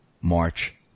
March